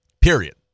period